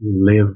live